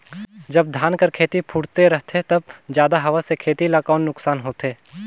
जब धान कर खेती फुटथे रहथे तब जादा हवा से खेती ला कौन नुकसान होथे?